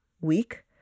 week